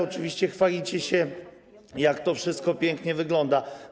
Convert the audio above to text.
Oczywiście chwalicie się, jak to wszystko pięknie wygląda.